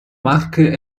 marche